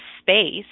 space